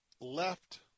left